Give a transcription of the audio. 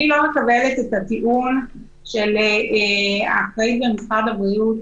אני לא מקבלת את הטיעון של האחראית במשרד הבריאות